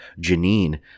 Janine